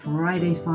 Friday